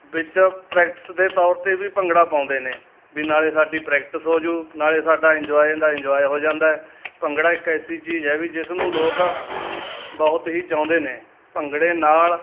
ਵਿੱਚ ਪ੍ਰੈਕਟਿਸ ਦੇ ਤੌਰ 'ਤੇ ਵੀ ਭੰਗੜਾ ਪਾਉਂਦੇ ਨੇ ਵੀ ਨਾਲ ਸਾਡੀ ਪ੍ਰੈਕਟਿਸ ਹੋ ਜੂ ਨਾਲ ਸਾਡਾ ਇੰਜੋਏ ਦਾ ਇੰਜੋਏ ਹੋ ਜਾਂਦਾ ਹੈ ਭੰਗੜਾ ਇੱਕ ਐਸੀ ਚੀਜ਼ ਹੈ ਵੀ ਜਿਸ ਨੂੰ ਲੋਕ ਬਹੁਤ ਹੀ ਚਾਹੁੰਦੇ ਨੇ ਭੰਗੜੇ ਨਾਲ